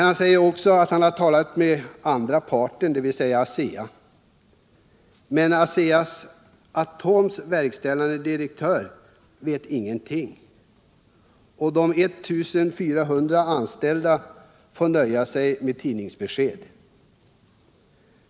Han säger sig också ha talat med andra parten, dvs. Asea. Men Asea-Atoms verkställande direktör vet ingenting. Och de 1 400 anställda får nöja sig med tidningsbesked.